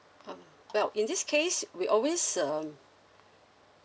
um well in this case we always um